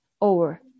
over